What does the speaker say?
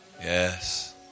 Yes